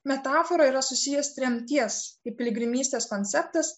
metafora yra susijęs tremties į piligrimystės konceptas